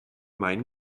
main